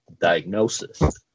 diagnosis